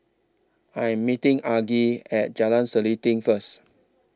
I Am meeting Argie At Jalan Selanting First